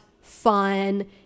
fun